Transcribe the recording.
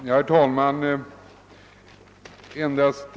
Herr talman!